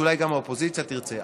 שאולי גם האופוזיציה תרצה.